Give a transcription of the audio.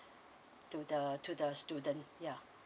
to the to the students ya